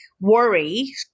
worry